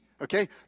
okay